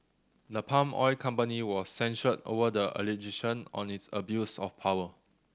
the palm oil company was censured over the allegation on its abuse of power